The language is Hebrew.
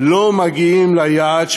לא מגיעים ליעד שלהם,